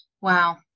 Wow